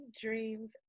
Dreams